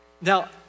Now